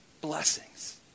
blessings